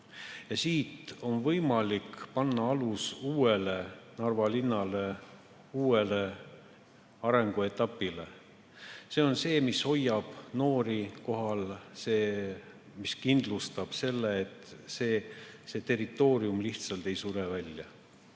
nii on võimalik panna alus uuele Narva linnale, uuele arenguetapile. See on see, mis hoiab noori kohal, see kindlustab selle, et see territoorium lihtsalt ei sure välja.